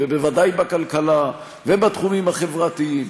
ובוודאי בכלכלה ובתחומים החברתיים.